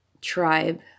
tribe